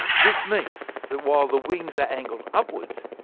this means that while the wings are angled upwards,